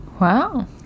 Wow